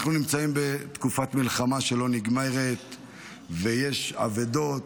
אנחנו נמצאים בתקופת מלחמה שלא נגמרת ויש אבדות